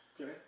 Okay